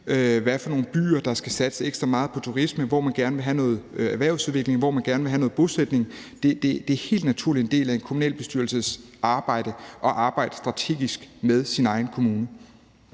nogle byer der skal satse ekstra meget på turisme, hvor man gerne vil have noget erhvervsudvikling, og hvor man gerne vil have noget bosætning. Det er en helt naturlig del af en kommunalbestyrelses arbejde at arbejde strategisk med sin egen kommune.